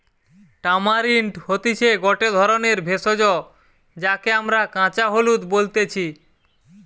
tamarind হতিছে গটে ধরণের ভেষজ যাকে আমরা কাঁচা হলুদ বলতেছি